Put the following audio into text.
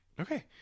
Okay